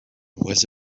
was